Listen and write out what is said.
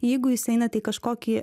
jeigu jūs einat į kažkokį